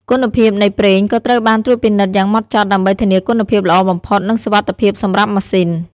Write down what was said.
គុណភាពនៃប្រេងក៏ត្រូវបានត្រួតពិនិត្យយ៉ាងហ្មត់ចត់ដើម្បីធានាគុណភាពល្អបំផុតនិងសុវត្ថិភាពសម្រាប់ម៉ាស៊ីន។